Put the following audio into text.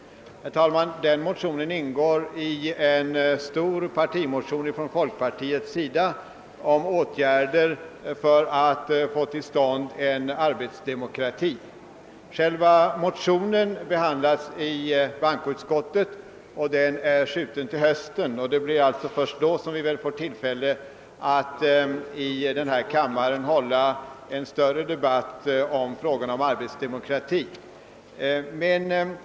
Dessa motioner är följdmotioner till en stor partimotion från folkpartiet om åtgärder för att få till stånd arbetsdemokrati, vilken hänvisats till bankoutskottet som emellertid uppskjutit behandlingen därav till hösten. Det blir alltså först då som vi får tillfälle att i denna kammare hålla en stor debatt rörande frågan om arbetsdemokrati.